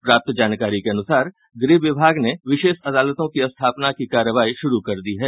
प्राप्त जानकारी के अनुसार गृह विभाग ने विशेष अदालतों की स्थापना की कार्रवाई शुरू कर दी है